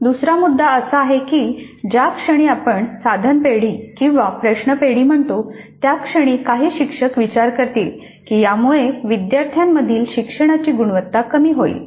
दुसरा मुद्दा असा आहे की ज्या क्षणी आपण साधन पेढी किंवा प्रश्न पेढी म्हणतो त्या क्षणी काही शिक्षक विचार करतील की यामुळे विद्यार्थ्यांमधील शिक्षणाची गुणवत्ता कमी होईल